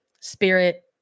spirit